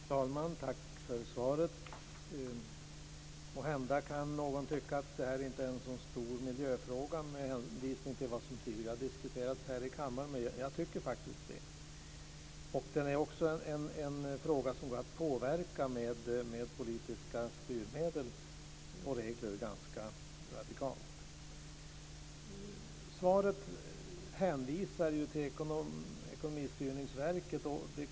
Fru talman! Tack för svaret. Måhända kan någon tycka att detta inte är en så stor miljöfråga, med tanke på vad som diskuterats tidigare här i kammaren, men jag tycker faktiskt det. Det är också en fråga som går att påverka ganska radikalt med politiska styrmedel och regler. I svaret hänvisas till Ekonomistyrningsverket.